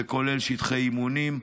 זה כולל שטחי אימונים,